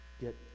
get